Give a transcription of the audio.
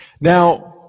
Now